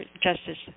justice